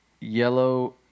Yellow